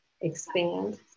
expand